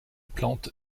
plantes